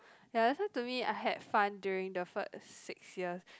ya that's why to me I had fun during the first six years